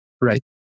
Right